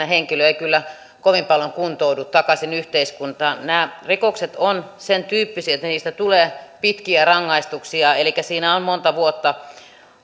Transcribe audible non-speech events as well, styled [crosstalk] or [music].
[unintelligible] henkilö ei kyllä kovin paljon kuntoudu takaisin yhteiskuntaan nämä rikokset ovat sentyyppisiä että niistä tulee pitkiä rangaistuksia elikkä siinä monta vuotta